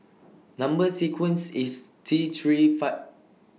Number sequence IS T three five